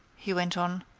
he went on,